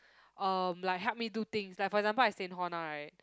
um like help me do things like for example I stay in hall now right